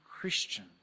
Christian